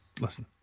listen